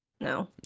No